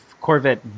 Corvette